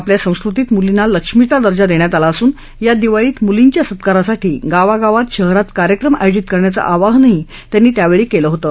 आपल्या संस्कृतीत मुलींना लक्ष्मीचा दर्जा देण्यात आला असून या दिवाळीत मुलींच्या सत्कारासाठी गावागावात शहरात कार्यक्रम आयोजित करण्याचं आवाहनही त्यांनी यावेळी केलं होतं